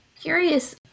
curious